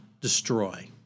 Destroy